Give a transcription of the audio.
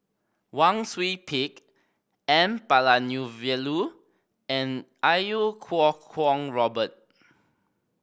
Wang Sui Pick N Palanivelu and Iau Kuo Kwong Robert